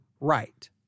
right